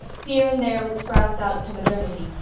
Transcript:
here and there it sprouts out into modernity,